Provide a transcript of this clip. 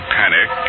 panic